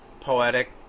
poetic